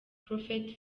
prophet